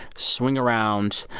swing around.